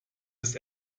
ist